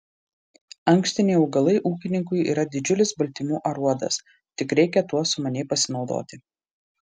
ankštiniai augalai ūkininkui yra didžiulis baltymų aruodas tik reikia tuo sumaniai pasinaudoti